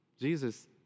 Jesus